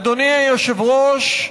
אדוני היושב-ראש,